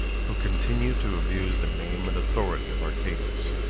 who continued to abuse the name and authority of arcadius.